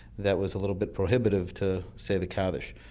that was a little bit prohibitive to say the kaddish.